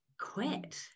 quit